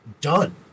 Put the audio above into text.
done